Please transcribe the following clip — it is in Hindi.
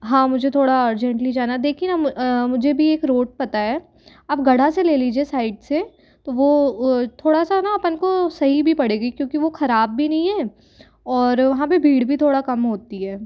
हाँ मुझे थोड़ा अर्जेंटली जाना देखिए ना मुझे भी एक रोड पता है आप गढ़ा से ले लीजिए साइड से तो वो थोड़ा सा ना अपन को सही भी पड़ेगी क्योंकि वो खराब भी नहीं है और वहाँ पे भीड़ भी थोड़ा कम होती है